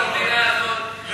במדינה הזאת,